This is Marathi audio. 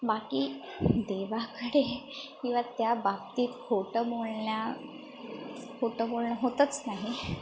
बाकी देवाकडे किंवा त्याबाबतीत खोटं बोलण्या खोटं बोलणं होतच नाही